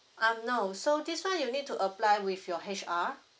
um no so this one you need to apply with your H_R